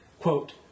quote